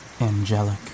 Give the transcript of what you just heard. angelic